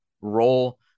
role